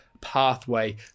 pathway